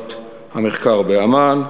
חטיבת המחקר באמ"ן,